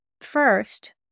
First